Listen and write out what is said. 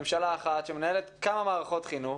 ממשלה אחת שמנהלת כמה מערכות חינוך.